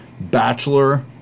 Bachelor